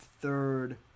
Third